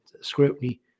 scrutiny